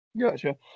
Gotcha